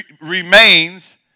remains